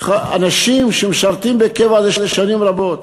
אנשים שמשרתים בקבע שנים רבות.